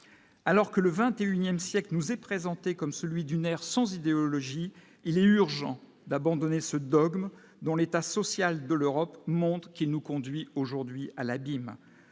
alors que le 21ème siècle nous est présenté comme celui d'une aire sans idéologie, il est urgent d'abandonner ce dogme dans l'état social de l'Europe monte qui nous conduit aujourd'hui à l'abîme